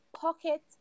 Pocket